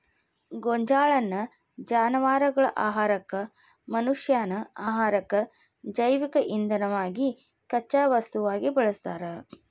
ಗೋಂಜಾಳನ್ನ ಜಾನವಾರಗಳ ಆಹಾರಕ್ಕ, ಮನಷ್ಯಾನ ಆಹಾರಕ್ಕ, ಜೈವಿಕ ಇಂಧನವಾಗಿ ಕಚ್ಚಾ ವಸ್ತುವಾಗಿ ಬಳಸ್ತಾರ